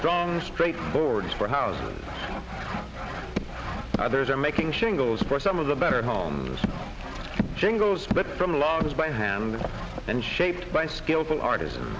strong straight boards for house others are making shingles for some of the better homes jingles but from logs by hand and shaped by skilful artis